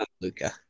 Luca